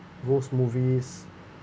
ghost movies